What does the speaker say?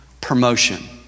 Promotion